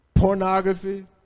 Pornography